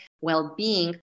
well-being